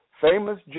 famous